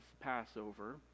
passover